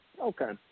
Okay